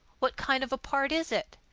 what kind of a part is it?